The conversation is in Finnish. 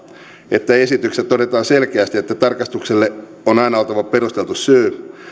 että esityksessä todetaan selkeästi että tarkastukselle on aina oltava perusteltu syy